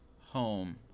home